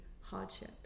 hardship